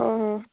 অঁ অঁ